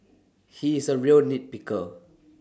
he is A real nit picker